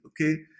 okay